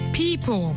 People